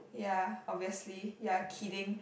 ya obviously you are kidding